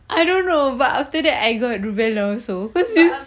I don't know but after that I got rubella also cause this